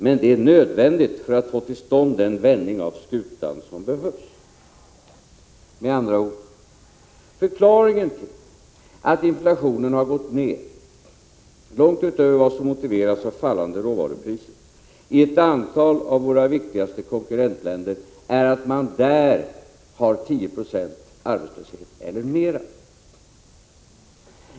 Men det är nödvändigt för att få till stånd den vändning av skutan som behövs.” Med andra ord: Förklaringen till att inflationen i ett antal av våra viktigaste konkurrentländer har gått ned, långt utöver vad som motiveras av fallande råvarupriser, är att där råder 10 96 arbetslöshet eller mera.